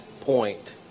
point